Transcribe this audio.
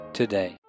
today